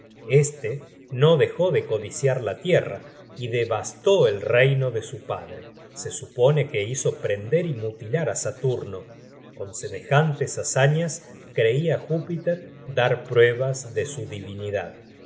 este no dejó de codiciar la tierra y devastó el reino de su padre se supone que hizo prender y mutilar á saturno con semejantes hazañas creia júpiter dar pruebas de su divinidad